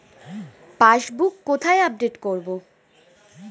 Passbook কোথায় update করব?